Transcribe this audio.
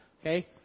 Okay